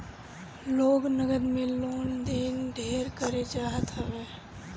लोग नगद में लेन देन ढेर करे चाहत हवे